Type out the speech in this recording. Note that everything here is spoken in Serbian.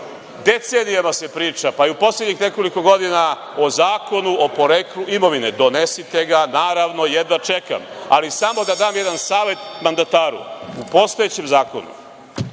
decenijama se priča, pa i u poslednjih nekoliko godina o Zakonu o poreklu imovine. Donesite ga, naravno, jedva čekam, ali samo da dam jedan savet mandataru. U postojećem zakonu,